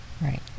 Right